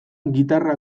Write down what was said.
gitarra